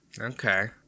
Okay